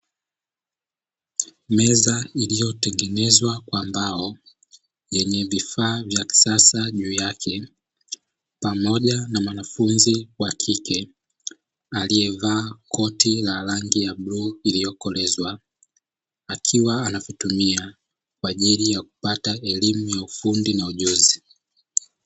Meza iliyotengenezwa kwa mbao yenye vifaa vya kisasa juu yake pamoja na wanafunzi wa kike aliyevaa koti la rangi ya bluu iliyokolezwa, akiwa anavyotumia kwa ajili ya kupata elimu ya ufundi na ujuzi.